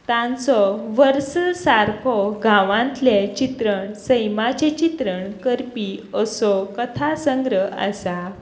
तांचो वर्सल सारको गांवांतलें चित्रण सैमाचें चित्रण करपी असो कथा संग्रह आसा